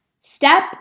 step